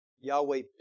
Yahweh